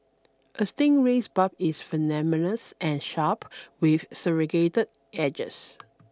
a stingray's barb is venomous and sharp with serragated edges